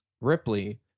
Ripley